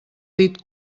dit